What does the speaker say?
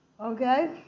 Okay